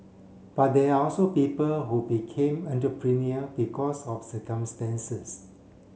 but there are also people who became entrepreneur because of circumstances